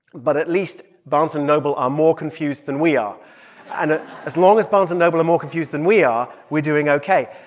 but at least barnes and noble are more confused than we are and ah as long as barnes and noble are more confused than we are, we're doing ok.